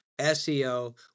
SEO